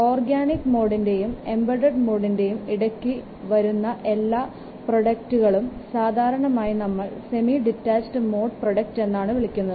organic മോഡിന്റെയും embedded മോഡിന്റെയും ഇടയ്ക്കു വരുന്ന എല്ലാ പ്രോഡക്ടുകളെയും സാധാരണയായി നമ്മൾ സെമി ഡിറ്റാച്ചഡ് മോഡ് പ്രോഡക്റ്റ് എന്ന് വിളിക്കുന്നു